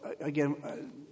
again